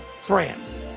France